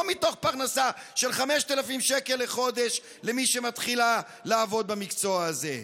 לא מתוך פרנסה של 5,000 שקל לחודש למי שמתחילה לעבוד במקצוע הזה,